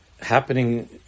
happening